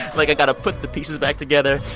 like, i got to put the pieces back together.